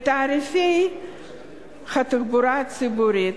ובתעריפי התחבורה הציבורית.